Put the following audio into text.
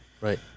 Right